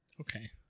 Okay